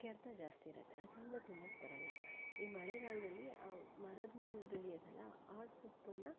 ಕೆರೆತ ಜಾಸ್ತಿ ಇರುತ್ತೆ ಅದನ್ನ ತಿನ್ನಕ್ಕೆ ಬರೋಲ್ಲ ಈ ಮಳೆಗಾಲದಲ್ಲಿ ಆ ಮರದ ಮೇಲೆ ಬೆಳೆಯೋದಲ ಆ ಸೊಪ್ಪನ್ನ